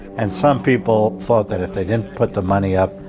and some people thought that if they didn't put the money up,